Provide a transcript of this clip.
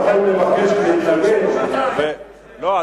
לא,